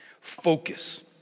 Focus